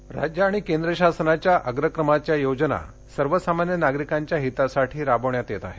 मुख्यमंत्री राज्य आणि केंद्र शासनाच्या अग्रक्रमाच्या योजना सर्वसामान्य नागरिकांच्या हितासाठी राबविण्यात येत आहेत